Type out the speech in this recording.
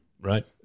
Right